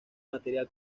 material